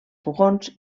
pugons